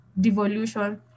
devolution